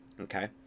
Okay